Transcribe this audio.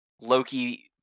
Loki